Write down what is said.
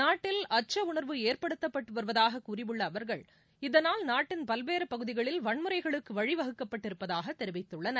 நாட்டில் அச்ச உணர்வு ஏற்படுத்தப்பட்டு வருவதாக கூறியுள்ள அவர்கள் இதனால் நாட்டின் பல்வேறு பகுதிகளில் வன்முறைகளுக்கு வழி வகுக்கப்பட்டு இருப்பதாக தெரிவித்துள்ளனர்